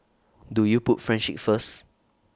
do you put friendship first